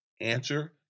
Answer